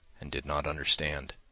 and did not understand.